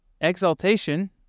exaltation